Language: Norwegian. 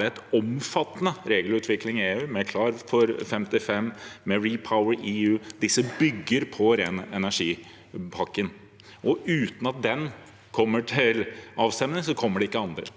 det en omfattende regelutvikling i EU med Klar for 55 og REPowerEU – disse bygger på ren energi-pakken. Uten at den kommer til avstemning, kommer det ikke andre.